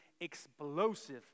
explosive